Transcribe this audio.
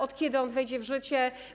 Od kiedy on wejdzie w życie?